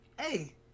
Hey